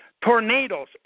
Tornadoes